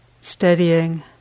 steadying